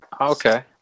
Okay